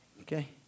Okay